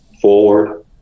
forward